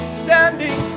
standing